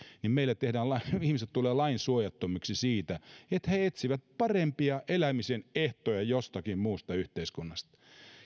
ja meillä ihmiset tulevat lainsuojattomiksi siitä että he etsivät parempia elämisen ehtoja jostakin muusta yhteiskunnasta